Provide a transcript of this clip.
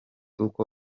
uko